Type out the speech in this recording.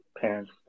Parents